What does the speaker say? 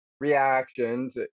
reactions